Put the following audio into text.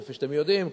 כפי שאתם יודעים,